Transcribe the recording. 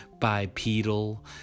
bipedal